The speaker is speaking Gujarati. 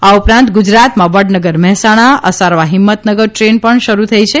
આ ઉપરાંત ગુજરાતમાં વડનગર મહેસાણા અસારવા હિંમતનગર દ્રેન પણ શરૂ થઇ છે